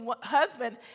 husband